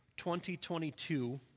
2022